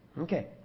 Okay